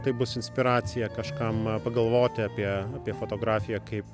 tai bus inspiracija kažkam pagalvoti apie apie fotografiją kaip